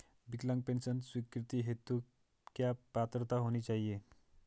विकलांग पेंशन स्वीकृति हेतु क्या पात्रता होनी चाहिये?